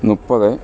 മുപ്പത്